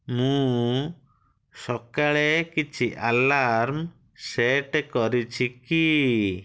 ମୁଁ ସକାଳେ କିଛି ଆଲାର୍ମ ସେଟ୍ କରିଛି କି